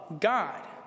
God